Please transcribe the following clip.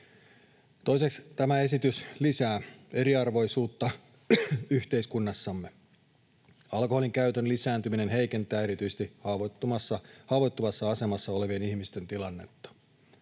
Toiseksi tämä esitys lisää eriarvoisuutta yhteiskunnassamme. Alkoholinkäytön lisääntyminen heikentää erityisesti haavoittuvassa asemassa olevien ihmisten tilannetta.